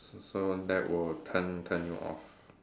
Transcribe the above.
s~ so that will turn turn you off